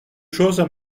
choses